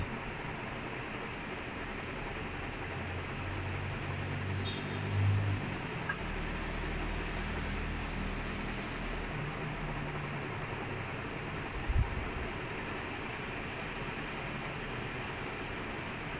ya number days also I mean like okay lah like if they are the same standard in they are the same number of views like uh both of them come watch both of them then ya it should be the same but the quality is really different the standard's different like people don't want to watch football because it's it's just not as